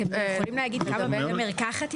אתם יכולים להגיד כמה בתי מרקחת,